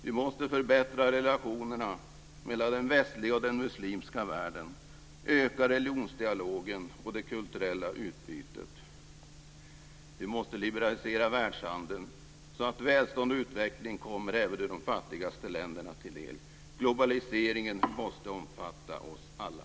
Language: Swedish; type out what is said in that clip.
Vi måste förbättra relationerna mellan den västliga och den muslimska världen och öka religionsdialogen och det kulturella utbytet. Vi måste liberalisera världshandeln så att välstånd och utveckling även kommer de fattigaste länderna till del. Globaliseringen måste omfatta oss alla.